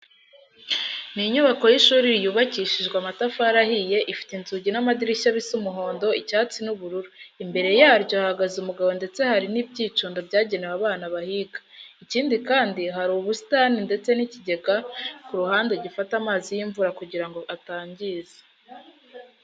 Ni inyubako y'ishuri yubakishijwe amatafari ahiye, ifite inzugi n'amadirishya bisa umuhondo, icyatsi n'ubururu. Imbere yaro hahagaze umugabo ndetse hari n'ibyicundo byagenewe abana bahiga. Ikindi kandi, hari ubusitani ndetse n'ikigega ku ruhande gifata amazi y'imvura kugira ngo atangiza.